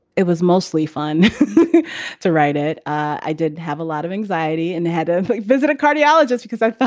it was mostly fun to write it i didn't have a lot of anxiety and had a but visit a cardiologist, because i